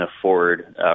afford